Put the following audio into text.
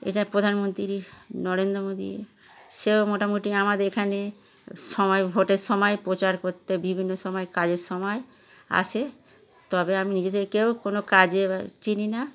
এটা প্রধানমন্ত্রী নরেন্দ্র মোদী সেও মোটামুটি আমাদের এখানে সময় ভোটের সময় প্রচার করতে বিভিন্ন সময় কাজের সময় আসে তবে আমি নিজে থেকেও কোনো কাজে বা চিনি না